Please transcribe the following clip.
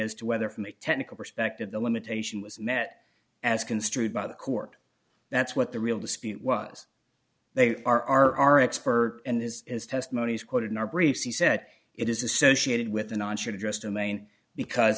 as to whether from a technical perspective the limitation was met as construed by the court that's what the real dispute was they are our expert and this is testimony is quoted in our briefs he said it is associated with the non should address domain because